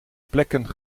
plekken